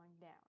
down